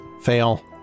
fail